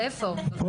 של איפה?